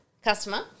Customer